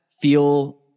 feel